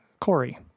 Corey